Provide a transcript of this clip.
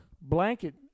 blanket